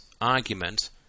argument